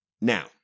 Now